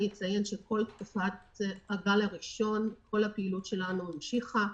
אני אציין שבכל תקופת הגל הראשון כל הפעילות שלנו המשיכה.